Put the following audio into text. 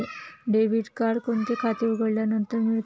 Debit card कोणते खाते उघडल्यानंतर मिळते?